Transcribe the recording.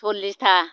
सल्लिसथा